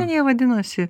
ten jie vadinosi